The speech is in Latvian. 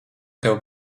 tev